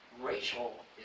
Rachel